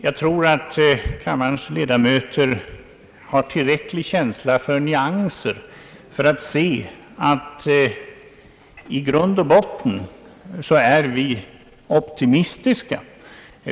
Jag tror att kammarens ledamöter har tillräcklig känsla för nyanser för att se att vi i grund och botten är optimistiska.